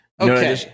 Okay